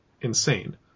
insane